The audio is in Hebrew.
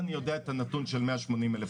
אני מרגישה לא בנוח אבל בפני מי נציג את ההערות שלנו?